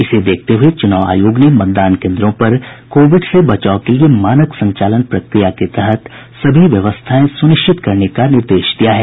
इसे देखते हुये चुनाव आयोग ने मतदान केंद्रों पर कोविड से बचाव के लिये मानक संचालन प्रक्रिया के तहत सभी व्यवस्थाएं सुनिश्चित करने का निर्देश दिया है